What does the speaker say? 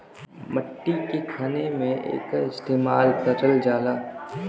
मट्टी के खने में एकर इस्तेमाल करल जाला